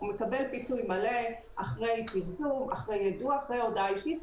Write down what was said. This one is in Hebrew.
הוא מקבל פיצוי מלא אחרי פרסום ויידוע ואחרי הודעה אישית,